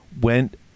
went